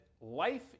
life